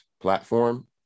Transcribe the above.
platform